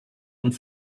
und